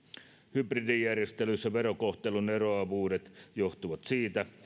hybridijärjestelyissä verokohtelun eroavuudet johtuvat siitä